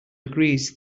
agrees